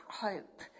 hope